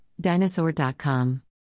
Dinosaur.com